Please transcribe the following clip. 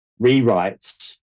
rewrites